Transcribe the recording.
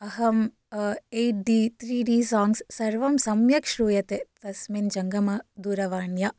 अहं eight D three D songs सर्वं सम्यक् श्रूयते तस्मिन् जङ्गमदूरवाण्या